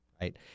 right